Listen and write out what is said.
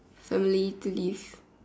family to live